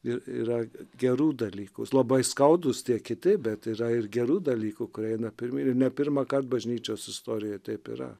ir yra gerų dalykų labai skaudūs tie kiti bet yra ir gerų dalykų kurie eina pirmi ir ne pirmąkart bažnyčios istorijoje taip yra